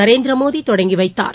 நரேந்திர மோடி தொடங்கி வைத்தார்